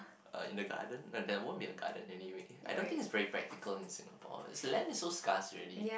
uh in the garden uh there won't be a garden anyway I don't think it is very practical in Singapore land is so scarce already